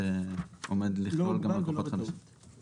הכוונה היא שהוא יתייעץ עם אותו מאסדר